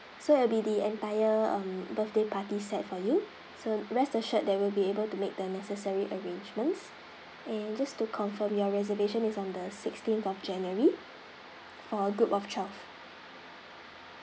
so it'll be and entire err birthday party set for you so rest assured they will be able to make the necessary arrangements and just to confirm your reservation is on the sixteenth of january for a group of twelve